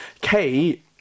Kate